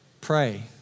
Pray